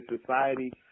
society